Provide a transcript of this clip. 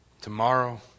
tomorrow